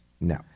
No